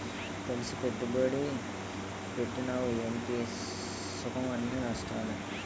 కలిసి పెట్టుబడి పెట్టినవ్ ఏటి సుఖంఅన్నీ నష్టాలే